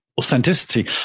authenticity